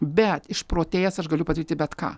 bet išprotėjęs aš galiu padaryti bet ką